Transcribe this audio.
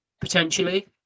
potentially